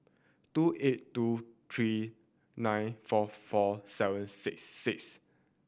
two eight two three nine four four seven six six